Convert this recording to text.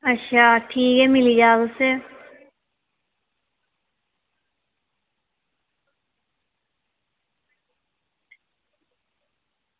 अच्छा ठीक ऐ मिली जाह्ग तुसें ई